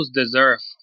deserve